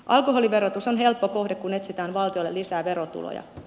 alkoholiverotus on helppo kohde kun etsitään valtiolle lisää verotuloja